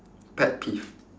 pet peeve